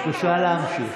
בבקשה להמשיך.